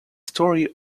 story